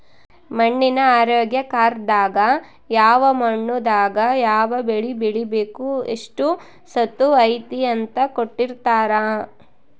ಮಣ್ಣಿನ ಆರೋಗ್ಯ ಕಾರ್ಡ್ ದಾಗ ಯಾವ ಮಣ್ಣು ದಾಗ ಯಾವ ಬೆಳೆ ಬೆಳಿಬೆಕು ಎಷ್ಟು ಸತುವ್ ಐತಿ ಅಂತ ಕೋಟ್ಟಿರ್ತಾರಾ